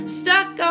stuck